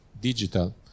digital